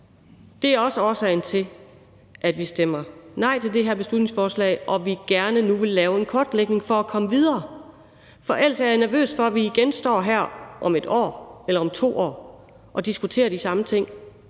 Det er også årsagen til, at vi stemmer nej til det her beslutningsforslag, og at vi nu gerne vil lave en kortlægning for at komme videre. For ellers er jeg nervøs for, at vi igen står her om et år eller to og diskuterer de samme ting.